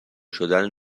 شدن